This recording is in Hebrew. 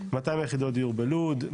200 יחידות דיור בלוד,